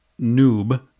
noob